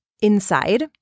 inside